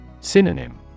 Synonym